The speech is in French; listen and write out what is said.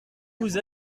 vous